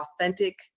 authentic